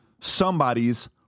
somebody's